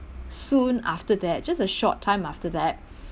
soon after that just a short time after that